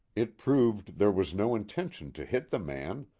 it proved there was no intention to hit the man,